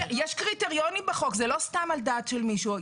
יש קריטריונים בחוק, זה לא סתם על דעת של מישהו.